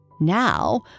now